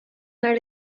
naar